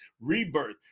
rebirth